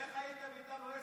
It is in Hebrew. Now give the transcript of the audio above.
דרך אגב,